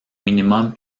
minimum